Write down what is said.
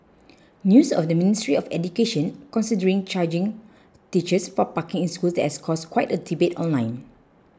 news of the Ministry of Education considering charging teachers for parking in schools has caused quite a debate online